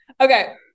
Okay